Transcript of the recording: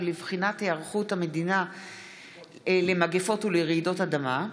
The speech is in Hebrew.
ולבחינת היערכות המדינה למגפות ולרעידות אדמה,